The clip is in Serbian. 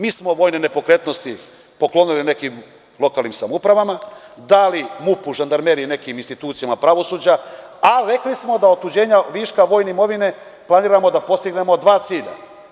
Mi smo vojne nepokretnosti poklonili nekim lokalnim samoupravama, dali MUP-u, Žandarmeriji, nekim institucijama pravosuđa, a rekli smo da otuđenja viška vojne imovine planiramo da postignemo dva cilja.